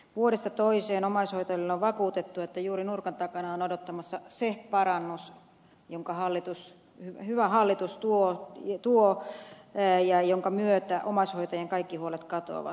vuodesta toiseen omaishoitajille on vakuutettu että juuri nurkan takana on odottamassa se parannus jonka hyvä hallitus tuo ja jonka myötä omaishoitajien kaikki huolet katoavat